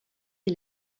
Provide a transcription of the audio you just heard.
est